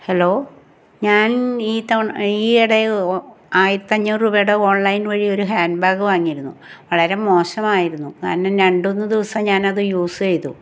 hello ഞാൻ ഈ തവണ ഈയെടെയെയ് ആയിരത്തഞ്ഞൂറ് രൂപയുടെ ഓൺലൈൻ വഴി ഒര് ഹാൻബാഗ് വാങ്ങിയിരുന്നു വളരെ മോശമായിരുന്നു കാരണം രണ്ടു മൂന്ന് ദിവസം ഞാനത് യൂസ് ചെയ്തു